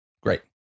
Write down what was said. great